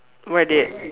what dey